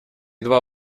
два